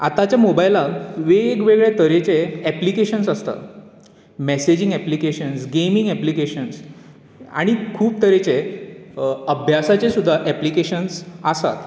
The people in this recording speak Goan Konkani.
आतांच्या मोबायलांत वेग वेगळ्या तरेचे एप्लीकेशन्स आसता मॅसेजींग एप्लीकेशन्स गेमींग एप्लीकेशन्स आनी खूब तरेचे अभ्यासाचे सुद्दा एप्लीकेशन्स आसात